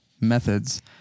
methods